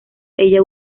ella